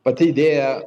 pati idėja